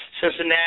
Cincinnati